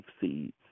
seeds